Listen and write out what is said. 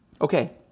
Okay